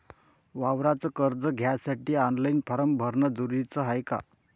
वावराच कर्ज घ्यासाठी ऑनलाईन फारम भरन जरुरीच हाय का?